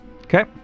Okay